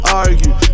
argue